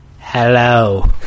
hello